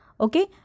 Okay